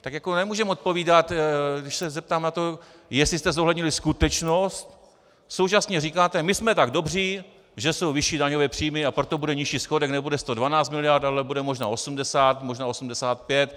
Tak jako nemůžeme odpovídat, když se zeptám na to, jestli jste zohlednili skutečnost, současně říkáte: my jsme tak dobří, že jsou vyšší daňové příjmy, a proto bude nižší schodek, nebude 112 mld., ale bude možná 80, možná 85.